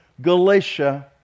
galatia